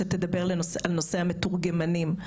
שתדבר על נושא המתורגמנים.